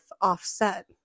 offset